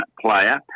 player